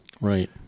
Right